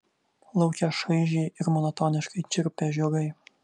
lauke šaižiai ir monotoniškai čirpė žiogai